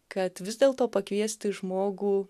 kad vis dėlto pakviesti žmogų